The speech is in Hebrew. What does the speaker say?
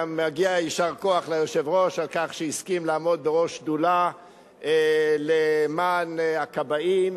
גם מגיע יישר כוח ליושב-ראש על כך שהסכים לעמוד בראש שדולה למען הכבאים,